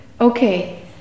Okay